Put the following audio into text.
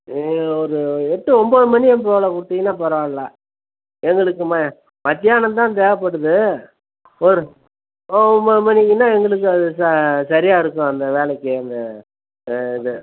ஒரு எட்டு ஒம்பது மணி போல் கொடுத்தீங்கன்னா பரவாயில்ல எங்களுக்கு ம மத்தியானம் தான் தேவைப்படுது ஒரு ஓ ஒம்பது மணிக்குனால் எங்களுக்கு அது ச சரியாக இருக்கும் அந்த வேலைக்கு அந்த இது